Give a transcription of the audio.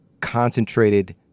concentrated